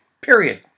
period